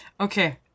okay